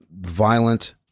violent